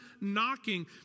knocking